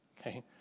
Okay